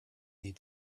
need